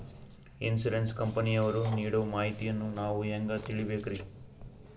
Insurance ಕಂಪನಿಯವರು ನೀಡೋ ಮಾಹಿತಿಯನ್ನು ನಾವು ಹೆಂಗಾ ತಿಳಿಬೇಕ್ರಿ?